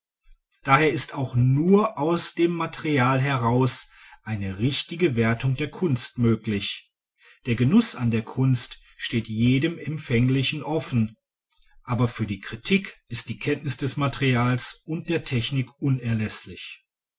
daher ist auch nur aus dem material heraus eine richtige wertung der kunst möglich der genuß an der kunst steht jedem empfänglichen offen aber für die kritik ist die kenntnis des materials und der technik unerläßlich